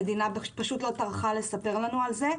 המדינה פשוט לא טרחה לספר לנו על זה,